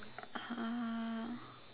uh